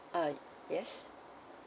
uh yes